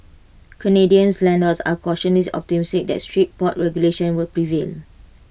Canadian's landlords are cautiously optimistic that strict pot regulations will prevail